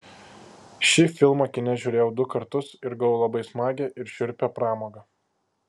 šį filmą kine žiūrėjau du kartus ir gavau labai smagią ir šiurpią pramogą